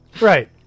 Right